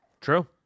True